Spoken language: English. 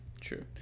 True